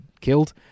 killed